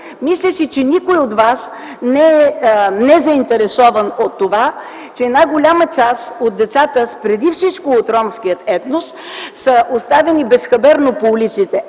Мисля, че никой от вас не е незаинтересован от това голяма част от децата преди всичко от ромския етнос, оставени безхаберно по улиците,